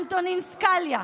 אנטונין סקאליה,